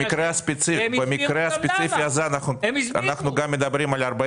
במקרה הספציפי הזה אנחנו גם מדברים על 40